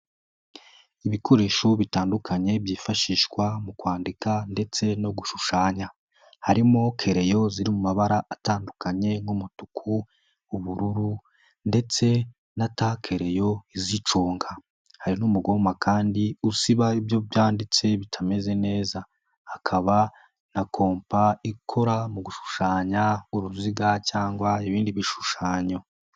Ibikoresho bitandukanye byifashishwa mu kwandika ndetse no gushushanya, harimo kaleyo ziri mu mabara atandukanye nk'umutuku, ubururu ndetse na takeleyo iziconga. Hari n'umugoma kandi usiba ibyo byanditse bitameze neza, hakaba na kompa ikora mu gushushanya uruziga cyangwa ibindi bishushanyo.